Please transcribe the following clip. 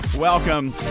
Welcome